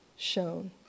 shown